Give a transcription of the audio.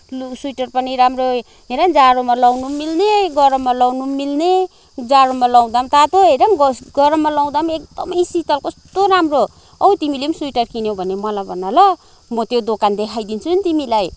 लु स्वेटर पनि राम्रो हेर जाडोमा लगाउनु पनि मिल्ने गरममा लगाउनु पनि मिल्ने जाडोमा लगाउँदा नि तातो हेर न गरममा लगाउँदा पनि एकदमै शीतल कस्तो राम्रो औ तिमीले पनि स्वेटर किन्यौ भने मलाई भन ल म त्यो दोकान देखाइदिन्छु नि तिमीलाई